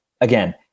Again